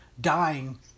dying